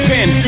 Pin